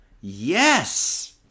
yes